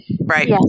Right